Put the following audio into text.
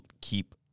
keep